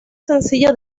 sencillo